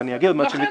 ואני אגיע עוד מעט.